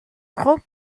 trop